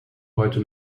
heute